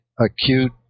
acute